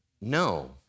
No